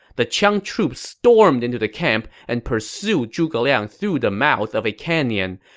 the qiang troops stormed into the camp and pursued zhuge liang through the mouth of a canyon,